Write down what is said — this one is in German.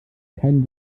kein